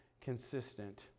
consistent